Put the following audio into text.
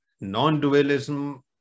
non-dualism